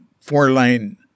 four-lane